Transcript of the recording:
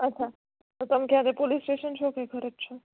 અચ્છા તો તમે ક્યાં આગળ પોલીસ સ્ટેસન છો કે ઘરે જ છો